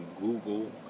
Google